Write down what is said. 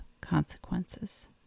consequences